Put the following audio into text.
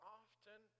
often